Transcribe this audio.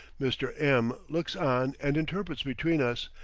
mr. m looks on and interprets between us,